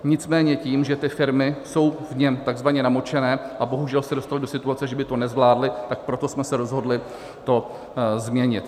Nicméně tím, že ty firmy jsou v něm takzvaně namočené a bohužel se dostaly do situace, že by to nezvládly, tak proto jsme se rozhodli to změnit.